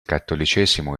cattolicesimo